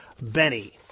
Benny